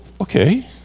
okay